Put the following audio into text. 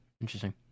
Interesting